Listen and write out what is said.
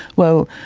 well,